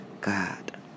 God